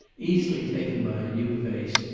easily taken by a new face,